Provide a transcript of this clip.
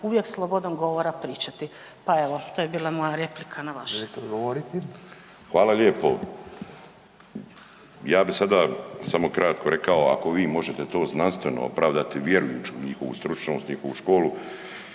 Želite odgovoriti? **Bulj, Miro (MOST)** Hvala lijepo. Ja bih sada samo kratko rekao, ako vi možete to znanstveno opravdati vjerujući u njihovu stručnost, njihovu školu